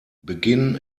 begin